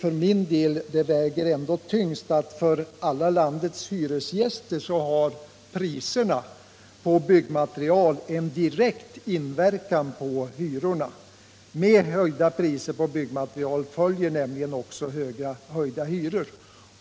För min del väger det kanske ändå tyngst att priserna på byggmaterial direkt inverkar på hyrorna för alla landets hyresgäster. Med höjda priser på byggmaterial följer nämligen höjda hyror.